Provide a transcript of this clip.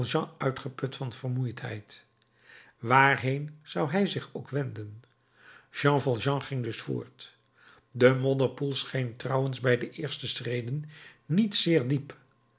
uitgeput van vermoeidheid waarheen zou hij zich ook wenden jean valjean ging dus voort de modderpoel scheen trouwens bij de eerste schreden niet zeer diep